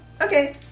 Okay